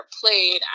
played